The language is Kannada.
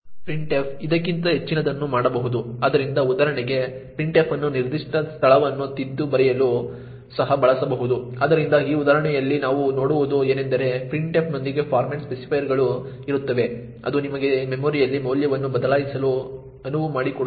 Printf ಇದಕ್ಕಿಂತ ಹೆಚ್ಚಿನದನ್ನು ಮಾಡಬಹುದು ಆದ್ದರಿಂದ ಉದಾಹರಣೆಗೆ printf ಅನ್ನು ನಿರ್ದಿಷ್ಟ ಸ್ಥಳವನ್ನು ತಿದ್ದಿ ಬರೆಯಲು ಸಹ ಬಳಸಬಹುದು ಆದ್ದರಿಂದ ಈ ಉದಾಹರಣೆಯಲ್ಲಿ ನಾವು ನೋಡುವುದು ಏನೆಂದರೆ printf ನೊಂದಿಗೆ ಫಾರ್ಮ್ಯಾಟ್ ಸ್ಪೆಸಿಫೈಯರ್ಗಳು ಇರುತ್ತವೆ ಅದು ನಿಮಗೆ ಮೆಮೊರಿಯಲ್ಲಿ ಮೌಲ್ಯವನ್ನು ಬದಲಾಯಿಸಲು ಅನುವು ಮಾಡಿಕೊಡುತ್ತದೆ